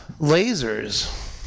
lasers